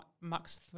max